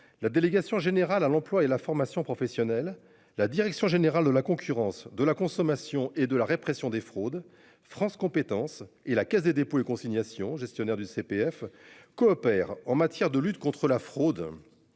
la délégation générale à l'emploi et la formation professionnelle. La direction générale de la concurrence de la consommation et de la répression des fraudes, France compétences et la Caisse des dépôts et consignations gestionnaire du CPF coopèrent en matière de lutte contre la fraude.